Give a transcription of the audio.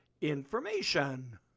information